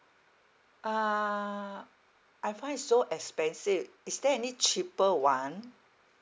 uh I find is so expensive is there any cheaper one